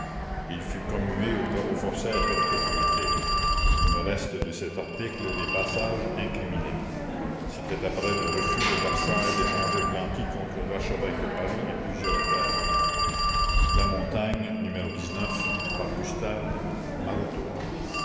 il fut commué aux travaux forcés à perpétuité il me reste de cet article les passages incriminés c'était après le refus de versailles d'échanger blanqui contre l'archevêque de paris et plusieurs prêtres la montagne n par gustave